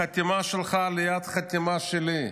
החתימה שלך ליד החתימה שלי,